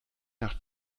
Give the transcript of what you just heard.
nach